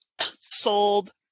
sold